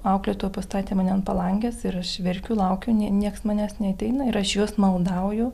auklėtoja pastatė mane ant palangės ir aš verkiu laukiu ne nieks manęs neateina ir aš jos maldauju